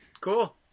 cool